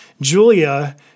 Julia